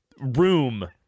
room